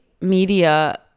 media